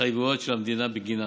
התחייבויות של המדינה בגינם.